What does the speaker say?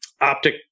optic